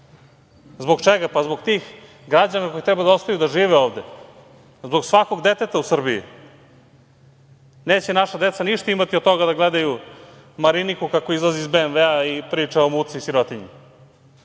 Zbog čega? Pa, zbog tih građana koji treba da ostanu da žive ovde. Zbog svakog deteta u Srbiji. Neće naša deca ništa imati od toga da gledaju Mariniku kako izlazi iz BMW-a i priča o muci i sirotinji